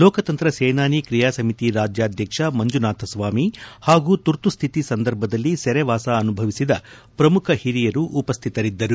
ಲೋಕತಂತ್ರ ಸೇನಾನಿ ಕ್ರಿಯಾ ಸಮಿತಿ ರಾಜ್ಯಾಧ್ವಕ್ಷ ಮಂಜುನಾಥ ಸ್ವಾಮಿ ಹಾಗೂ ತುರ್ತುಶ್ಥಿತಿ ಸಂದರ್ಭದಲ್ಲಿ ಸೆರೆವಾಸ ಅನುಭವಿಸಿದ ಪ್ರಮುಖ ಹಿರಿಯರು ಉಪಸ್ಟಿತರಿದ್ದರು